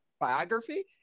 biography